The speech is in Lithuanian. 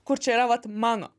kur čia yra vat mano